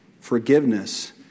Forgiveness